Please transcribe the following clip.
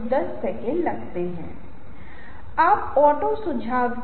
बहुत बार जहां यह संभव है कई तरीकों से संवाद करना संभव है